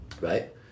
Right